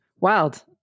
Wild